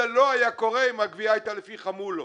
זה לא היה קורה אם הגבייה היתה לפי חמולות.